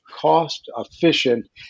cost-efficient